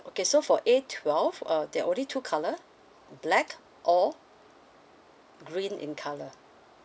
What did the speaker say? okay so for A twelve uh there're only two colour black or green in colour